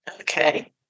Okay